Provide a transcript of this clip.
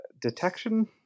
detection